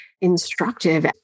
instructive